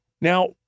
Now